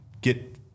get